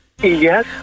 Yes